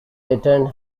returned